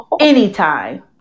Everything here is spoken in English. anytime